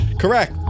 Correct